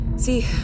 See